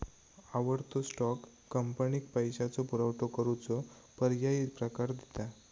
आवडतो स्टॉक, कंपनीक पैशाचो पुरवठो करूचो पर्यायी प्रकार दिता